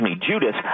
Judas